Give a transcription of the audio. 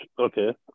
Okay